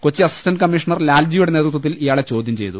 Kochi assistant commissioner ലാൽജിയുടെ നേതൃത്വത്തിൽ ഇയാളെ ചോദൃംചെയ്തു